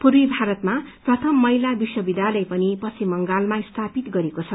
पूर्वी भारतमा प्रथम महिला विश्वविद्यालय पनि पश्चिम बंगालमा स्थापित गरिएको छ